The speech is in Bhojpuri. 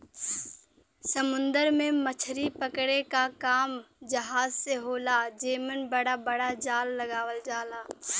समुंदर में मछरी पकड़े क काम जहाज से होला जेमन बड़ा बड़ा जाल लगावल जाला